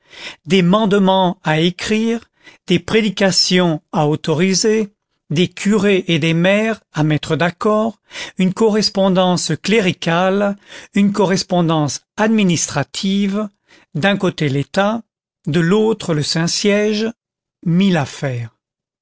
des mandements à écrire des prédications à autoriser des curés et des maires à mettre d'accord une correspondance cléricale une correspondance administrative d'un côté l'état de l'autre le saint-siège mille affaires